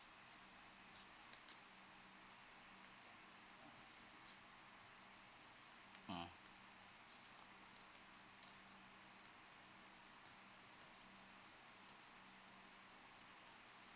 mm